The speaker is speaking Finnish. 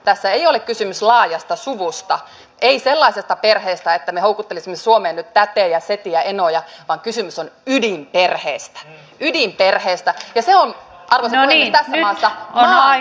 tässä ei ole kysymys laajasta suvusta ei sellaisesta perheestä että me houkuttelisimme suomeen nyt tätejä setiä enoja vaan kysymys on ydinperheestä ydinperheestä ja se on arvoisa puhemies tässä maassa maan tapa